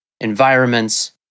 environments